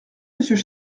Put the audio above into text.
monsieur